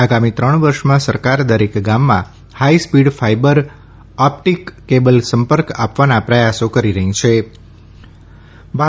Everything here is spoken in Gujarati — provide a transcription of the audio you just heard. આગામી ત્રણ વર્ષમાં સરકાર દરેક ગામમાં હાઇસ્પીડ ફાઇબર ઓપ્ટીક કેબલ સંપર્ક આપવા પ્રથાસો કરી રઠ્ઠી છે